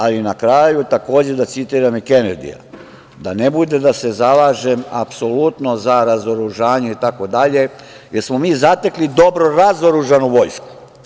Ali, na kraju, da citiram i Kenedija, da ne bude da se zalažem apsolutno za razoružanje, jer smo mi zatekli dobro razoružanu vojsku.